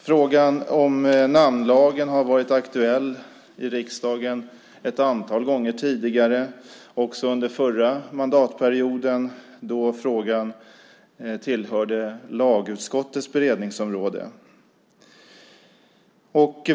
Frågan om namnlagen har varit aktuell i riksdagen ett antal gånger tidigare, också under förra mandatperioden, då den tillhörde lagutskottets beredningsområde.